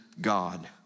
God